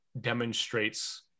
demonstrates